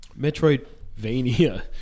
Metroidvania